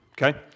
Okay